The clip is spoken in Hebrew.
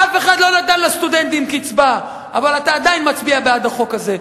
אף אחד לא נתן לסטודנטים קצבה אבל אתה עדיין מצביע בעד החוק הזה,